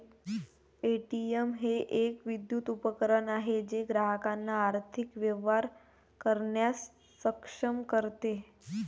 ATM हे एक विद्युत उपकरण आहे जे ग्राहकांना आर्थिक व्यवहार करण्यास सक्षम करते